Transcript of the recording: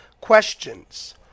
questions